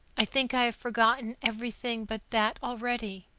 i think i have forgotten everything but that already,